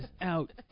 out